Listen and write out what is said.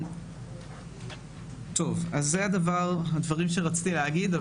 אלה הדברים שרציתי להגיד,